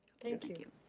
thank you.